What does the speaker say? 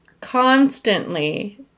constantly